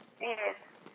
Yes